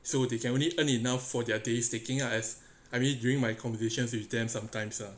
so they can only earn enough for their days taking are as I mean during my conversations with them sometimes ah